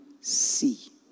see